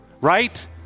Right